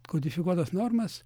kodifikuotas normas